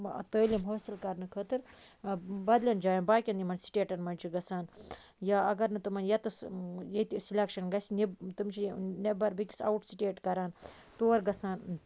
آ تعلیم حٲصِل کَرنہٕ خٲطرٕ بَدلن جایَن باقیَن یِمَن سٹیٹَن مَنٛز چھ گژھان یا اَگَر نہٕ یَتَس ییٚتہِ سِلیٚکشَن گَژھِ تِم چھِ نیٚبَر بیٚیِس اَوُٹ سٹیٹ کَران تور گژھان